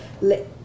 let